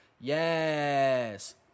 Yes